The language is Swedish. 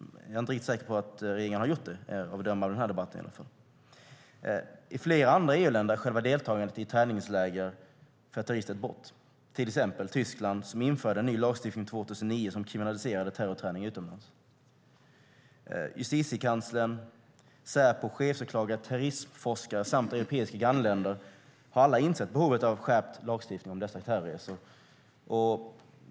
Jag är inte riktigt säker på att regeringen har gjort det, i alla fall att döma av den här debatten. I flera andra EU-länder är själva deltagandet i ett träningsläger för terrorister ett brott. Till exempel Tyskland införde 2009 en ny lagstiftning som kriminaliserade terrorträning utomlands. Justitiekanslern, Säpo, chefsåklagare, terrorismforskare samt europeiska grannländer har alla insett behovet av skärpt lagstiftning när det gäller terrorresor.